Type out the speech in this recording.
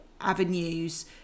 avenues